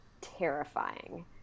terrifying